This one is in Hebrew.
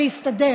להסתדר